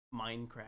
Minecraft